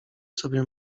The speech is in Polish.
sobie